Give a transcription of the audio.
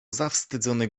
zawstydzony